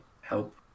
help